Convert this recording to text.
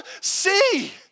see